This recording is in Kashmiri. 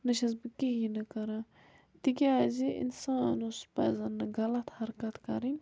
نَہ چھیٚس بہٕ کِہیٖنۍ نہٕ کَران تِکیٛازِ اِنسانَس پَزیٚن نہٕ غلط حَرکَت کَرٕنۍ